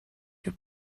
your